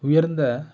உயர்ந்த